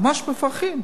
ממש מפרכים.